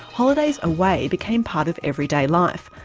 holidays away became part of everyday life,